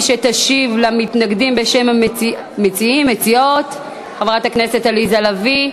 מי שתשיב למתנגדים בשם המציעים והמציעות היא חברת הכנסת עליזה לביא.